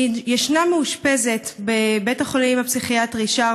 ישנה מאושפזת בבית החולים הפסיכיאטרי שער